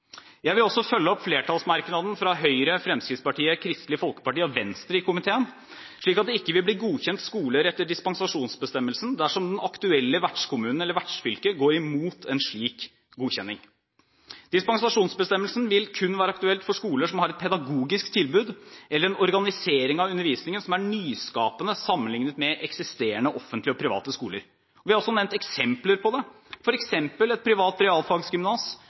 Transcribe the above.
Jeg vil også følge opp flertallsmerknaden fra Høyre, Fremskrittspartiet, Kristelig Folkeparti og Venstre i komiteen, om at det ikke vil bli godkjent skoler etter dispensasjonsbestemmelsen dersom den aktuelle vertskommunen eller vertsfylket går imot en slik godkjenning. Dispensasjonsbestemmelsen vil kun være aktuell for skoler som har et pedagogisk tilbud eller en organisering av undervisningen som er nyskapende, sammenliknet med eksisterende offentlige og private skoler. Vi har også nevnt eksempler på det: et privat